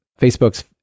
Facebook's